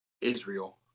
Israel